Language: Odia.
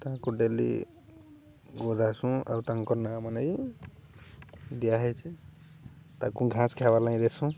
କାହାକୁ ଡେଲି ଗୋଧାସୁଁ ଆଉ ତାଙ୍କର ନାଁ ମାନେ ଦିଆହଇଛି ତାକୁ ଘାସ ଖାଇବାର୍ ଲାଗି ଦେସୁଁ